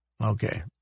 Okay